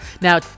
Now